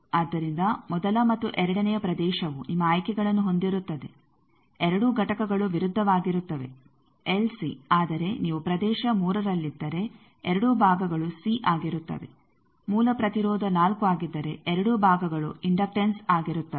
ಆದ್ದರಿಂದ ಮೊದಲ ಮತ್ತು ಎರಡನೆಯ ಪ್ರದೇಶವು ನಿಮ್ಮ ಆಯ್ಕೆಗಳನ್ನು ಹೊಂದಿರುತ್ತದೆ ಎರಡೂ ಘಟಕಗಳು ವಿರುದ್ಧವಾಗಿರುತ್ತವೆ ಎಲ್ಸಿ ಆದರೆ ನೀವು ಪ್ರದೇಶ 3ರಲ್ಲಿದ್ದರೆ ಎರಡೂ ಭಾಗಗಳು ಸಿ ಆಗಿರುತ್ತವೆ ಮೂಲ ಪ್ರತಿರೋಧ 4 ಆಗಿದ್ದರೆ ಎರಡೂ ಭಾಗಗಳು ಇಂಡಕ್ಟನ್ಸ್ ಆಗಿರುತ್ತವೆ